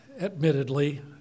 admittedly